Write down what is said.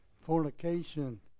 fornication